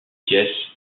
pièces